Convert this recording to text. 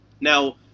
Now